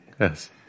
Yes